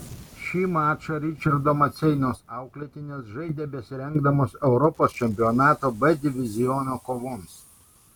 šį mačą ričardo maceinos auklėtinės žaidė besirengdamos europos čempionato b diviziono kovoms